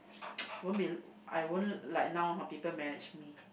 won't be I won't like now ah people manage me